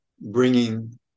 bringing